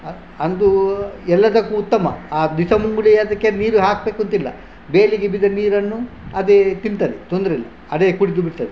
ಅಂದು ಎಲ್ಲದಕ್ಕೂ ಉತ್ತಮ ಆ ಬಿಸ ಮುಂಗುಳಿ ಅದಕ್ಕೆ ನೀರು ಹಾಕ್ಬೇಕಂತಿಲ್ಲ ಬೇಲಿಗೆ ಬಿದ್ದ ನೀರನ್ನು ಅದೇ ತಿಂತದೆ ತೊಂದರೆಯಿಲ್ಲ ಅದೇ ಕುಡಿದು ಬಿಡ್ತದೆ